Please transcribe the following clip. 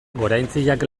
goraintziak